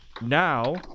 Now